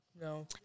No